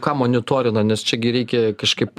ką monitorina nes čia gi reikia kažkaip